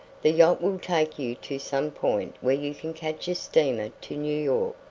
the yacht will take you to some point where you can catch a steamer to new york.